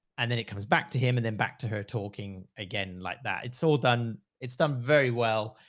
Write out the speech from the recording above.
and then it comes back to him and then back to her talking again like that. it's all done. it's done very well.